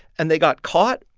and they got caught,